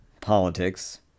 Politics